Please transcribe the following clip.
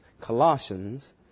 Colossians